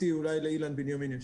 אולי לאילן בנימין יש.